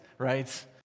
right